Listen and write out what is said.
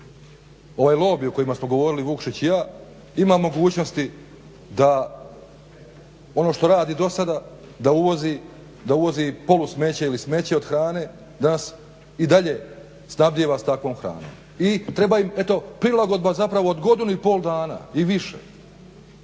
Ovaj lobi o kojima smo govorili Vukšić i ja ima mogućnosti da ono što radi dosada da uvozi polu-smeće ili smeće od hrane, da nas i dalje snabdijeva s takvom hranom. I treba im eto prilagodba zapravo od godinu i pol dana i više.